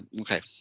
okay